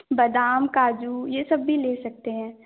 बादाम काजू यह सब भी ले सकते हैं